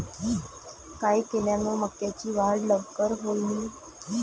काय केल्यान मक्याची वाढ लवकर होईन?